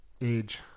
age